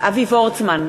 אבי וורצמן,